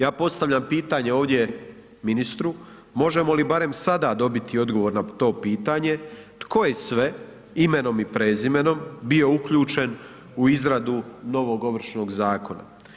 Ja postavljam pitanje ovdje ministru, možemo li barem sada dobiti odgovor na to pitanje, tko je sve imenom i prezimenom bio uključen u izradu novog Ovršnog zakona.